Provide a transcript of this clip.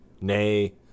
Nay